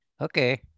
Okay